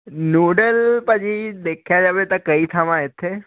noodle ਭਾਅ ਜੀ ਦੇਖਿਆ ਜਾਵੇ ਤਾਂ ਕਈ ਥਾਵਾਂ ਇੱਥੇ